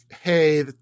hey